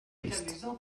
liste